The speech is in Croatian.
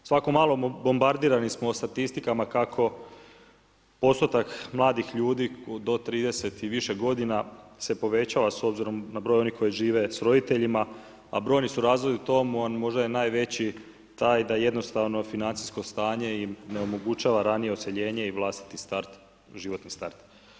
Svako malo bombardirani smo statistikama kako postotak mladih ljudi do 30 i više godina se povećava s obzirom na broj onih koji žive s roditeljima, a brojni su razlozi tom, možda je najveći taj da jednostavno financijsko stanje im ne omogućava ranije odseljenje i vlastiti životni start.